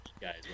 guys